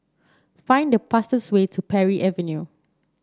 find the fastest way to Parry Avenue